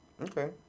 Okay